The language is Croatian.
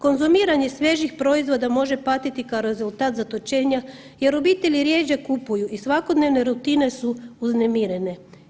Konzumiranje svježih proizvoda može patiti kao rezultat zatočenja jer obitelji rjeđe kupuju i svakodnevne rutine su uznemirene.